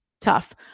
tough